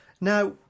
Now